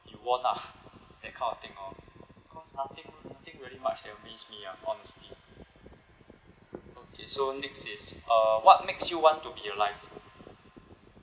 you won lah that kind of thing lor because nothing nothing really much that amaze me lah honestly okay so next is uh what makes you want to be alive